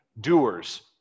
doers